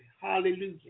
Hallelujah